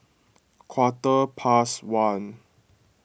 quarter past one